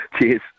Cheers